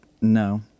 no